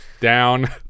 Down